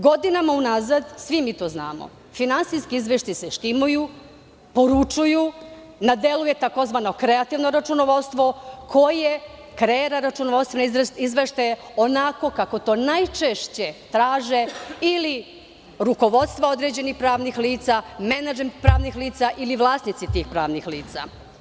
Godinama unazad, svi mi to znamo, finansijski izveštaji se štimuju, poručuju, na delu je tzv. kreativno računovodstvo koje kreira računovodstvene izveštaje onako kako to najčešće traže ili rukovodstva određenih pravnih lica, menadžment pravnih lica ili vlasnici tih pravnih lica.